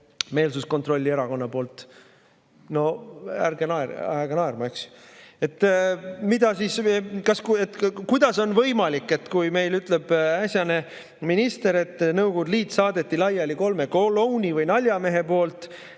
meelsuskontrolli erakonna poolt? No ärge ajage naerma, eks!